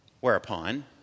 Whereupon